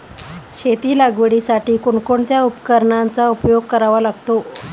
शेती लागवडीसाठी कोणकोणत्या उपकरणांचा उपयोग करावा लागतो?